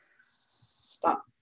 Stop